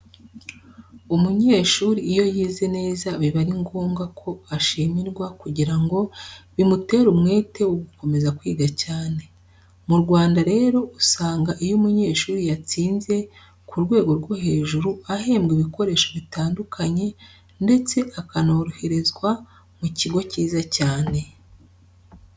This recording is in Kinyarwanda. Umunyeshuri iyo yize neza biba ari ngombwa ko ashimirwa kugira ngo bimutere umwete wo gukomeza kwiga cyane. Mu Rwanda rero usanga iyo umunyeshuri yatsinze ku rwego rwo hejuru ahembwa ibikoresho bitandukanye ndetse akonoherezwa mu kigo cyiza cyane.